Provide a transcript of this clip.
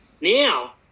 Now